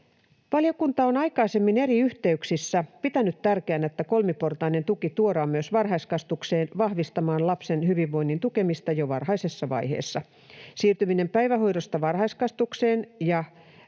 Valiokunta on aikaisemmin eri yhteyksissä pitänyt tärkeänä, että kolmiportainen tuki tuodaan myös varhaiskasvatukseen vahvistamaan lapsen hyvinvoinnin tukemista jo varhaisessa vaiheessa. Siirtyminen päivähoidosta varhaiskasvatukseen ja